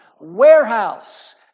Warehouse